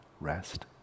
Rest